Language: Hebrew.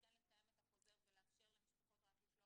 כן לקיים את החוזר ולאפשר למשפחות רק לשלוח